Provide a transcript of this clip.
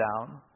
down